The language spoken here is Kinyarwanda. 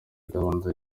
gahunda